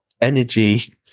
energy